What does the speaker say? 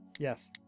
Yes